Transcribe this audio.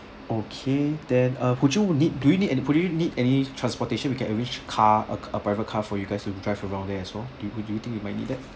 okay then uh could you need do you need and could you need any transportation we can arrange car a a private car for you guys to drive around there as well do you do you think you might need that